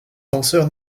danseur